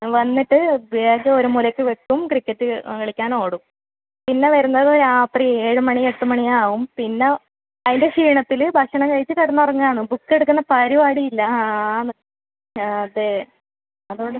വന്നിട്ട് ബാഗ് ഒരു മൂലക്ക് വയ്ക്കും ക്രിക്കറ്റ് കളി ക്കാൻ ഓടും പിന്നെ വരുന്നത് രാത്രി ഏഴ് മണി എട്ട് മണി ആവും പിന്നെ അതിൻ്റെ ക്ഷീണത്തിൽ ഭക്ഷണം കഴിച്ച് കിടന്ന് ഉറങ്ങാണ് ബുക്ക് എടുക്കുന്ന പരിപാടി ഇല്ല ആ ആണ് അതെ അത് കൊണ്ട്